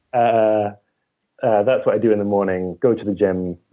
ah that's what i do in the morning. go to the gym,